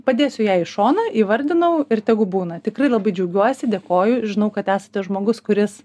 padėsiu ją į šoną įvardinau ir tegu būna tikrai labai džiaugiuosi dėkoju žinau kad esate žmogus kuris